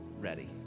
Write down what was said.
ready